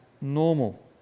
normal